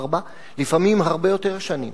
ארבע ולפעמים הרבה יותר שנים.